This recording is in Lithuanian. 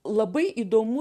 labai įdomu